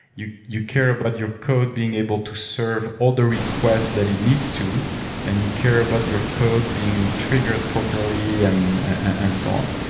you you care about your code being able to serve all the request that it needs to and you care about your code being triggered properly and and so on.